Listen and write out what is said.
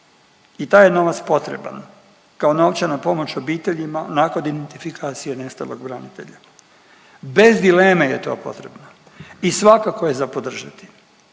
i taj je novac potreban kao novčana pomoć obiteljima nakon identifikacije nestalog branitelja. Bez dileme je to potrebno i svakako je za podržati.